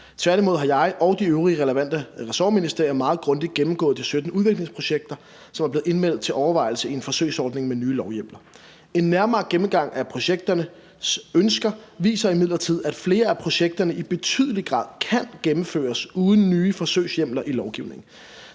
Tværtimod har jeg og de øvrige relevante ressortministerier meget grundigt gennemgået de 17 udviklingsprojekter, som er blevet indmeldt til overvejelse i en forsøgsordning med nye lovhjemler. En nærmere gennemgang af projekternes ønsker viser imidlertid, at flere af projekterne i betydelig grad kan gennemføres uden nye forsøgshjemler i lovgivningen.